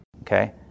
Okay